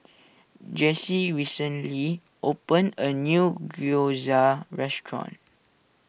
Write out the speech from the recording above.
Jessie recently opened a new Gyoza restaurant